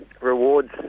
rewards